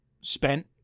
spent